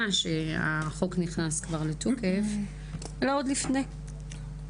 שהחוק נכנס כבר לתוקף אלא עוד לפני.